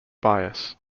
bias